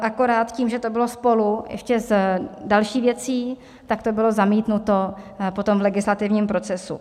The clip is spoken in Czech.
Akorát s tím, že to bylo spolu ještě s další věcí, tak to bylo zamítnuto potom v legislativním procesu.